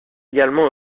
également